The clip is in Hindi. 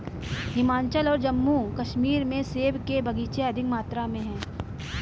हिमाचल और जम्मू कश्मीर में सेब के बगीचे अधिक मात्रा में है